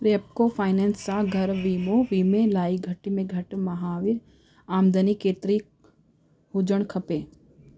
Repco finance सां घरु वीमो वीमे लाइ घटि में घटि महाविर आमदनी केतिरी हुजणु खपे